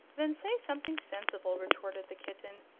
then say something sensible, retorted the kitten.